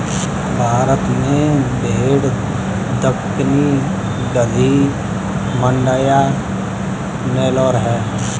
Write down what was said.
भारत में भेड़ दक्कनी, गद्दी, मांड्या, नेलोर है